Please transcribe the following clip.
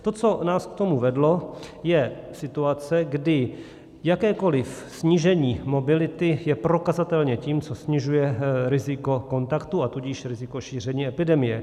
To, co nás k tomu vedlo, je situace, kdy jakékoliv snížení mobility je prokazatelně tím, co snižuje riziko kontaktu, a tudíž riziko šíření epidemie.